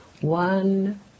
One